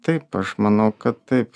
taip aš manau kad taip